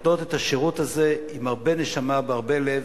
שנותנות את השירות הזה עם הרבה נשמה והרבה לב.